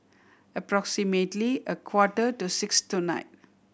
approximately a quarter to six tonight